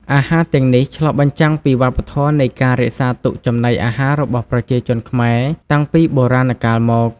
អាហារទាំងនេះឆ្លុះបញ្ចាំងពីវប្បធម៌នៃការរក្សាទុកចំណីអាហាររបស់ប្រជាជនខ្មែរតាំងពីបុរាណកាលមក។